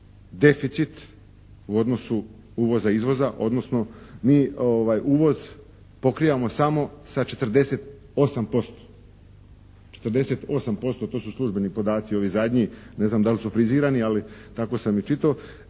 deficit u odnosu uvoza-izvoza, odnosno mi uvoz pokrivamo samo sa 48%. 48% to su službeni podaci ovi zadnji. Ne znam da li su frizirano ali tako sam ih čitao.